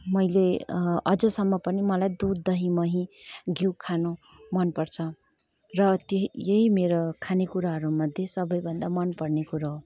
मैले अझसम्म पनि दुध दही मही घिउ खानु मनपर्छ र त्यही यही मेरो खानेकुराहरू मध्ये सबैभन्दा मन पर्ने कुरो हो